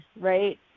right